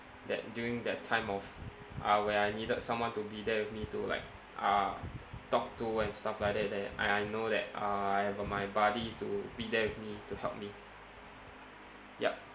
that during that time of uh where I needed someone to be there with me to like uh talk to and stuff like that that I know that uh I have uh my buddy to be there with me to help me yup